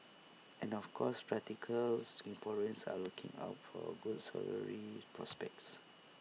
and of course practical Singaporeans are looking out for good salary prospects